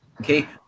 okay